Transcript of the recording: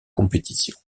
compétition